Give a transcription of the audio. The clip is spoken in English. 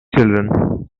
children